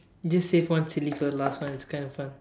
just save one silly for the last one it's kind of fun